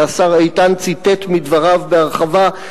והשר איתן ציטט מדבריו בהרחבה,